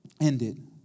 ended